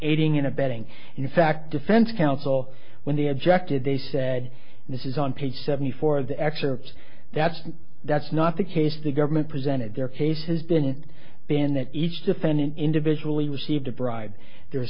aiding and abetting in fact defense counsel when the objected they said this is on page seventy four of the excerpts that's that's not the case the government presented their case has been banned that each defendant individually received a bribe there's